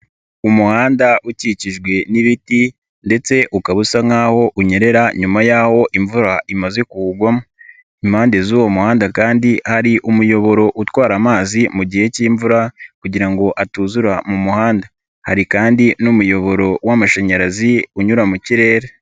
Umuhanda ukikijwe n'ibiti ndetse ukaba usa nk'aho unyerera nyuma y'aho imvura imaze kuwugwa impande z'uwo muhanda kandi hari umuyoboro utwara amazi mu gihe k'imvura kugira ngo atuzura mu muhanda hari kandi n'umuyoboro w'amashanyarazi unyura mu kirere.